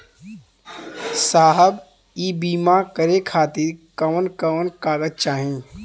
साहब इ बीमा करें खातिर कवन कवन कागज चाही?